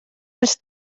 els